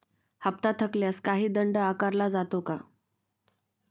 हप्ता थकल्यास काही दंड आकारला जातो का?